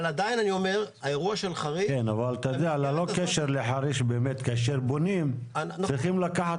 אבל בלי קשר לחריש כשבונים צריך לקחת